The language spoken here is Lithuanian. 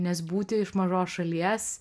nes būti iš mažos šalies